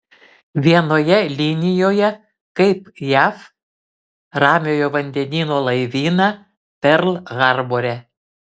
vienoje linijoje kaip jav ramiojo vandenyno laivyną perl harbore